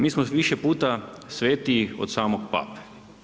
Mi smo više puta svetiji od samog Pape.